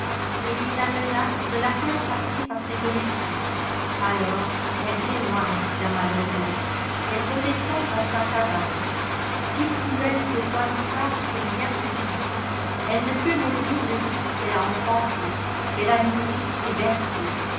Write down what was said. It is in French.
et il la menace delà faire chascer par ses domestiques alors elle s'éloigne la malheureuse elle redescend dans sa cabane si cruel que soit l'outrage qu'élis vient de subir elle ne peut maudire le fils qu'elle a enfanté qu'elle a nourri et bercé